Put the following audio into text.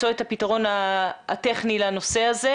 הגורים שלי שהם היום חלק מהחיים שלי ושל המשפחה,